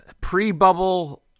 pre-bubble